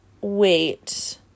wait